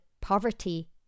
poverty